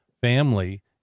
family